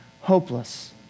hopeless